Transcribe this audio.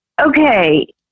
Okay